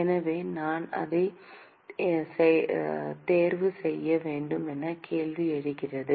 எனவே நான் எதைத் தேர்வு செய்ய வேண்டும் என்ற கேள்வி எழுகிறது